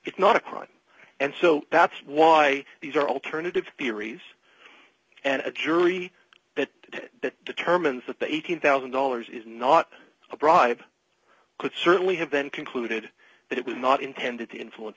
it's not a crime and so that's why these are alternative theories and a jury that determines that the eighteen thousand dollars is not a bribe could certainly have been concluded that it was not intended to influence